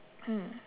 mm